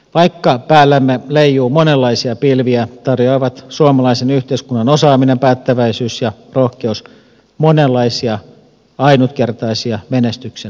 vaikka päällämme leijuu monenlaisia pilviä tarjoavat suomalaisen yhteiskunnan osaaminen päättäväisyys ja rohkeus monenlaisia ainutkertaisia menestyksen edellytyksiä